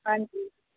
ਹਾਂਜੀ